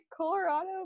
Colorado